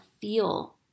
feel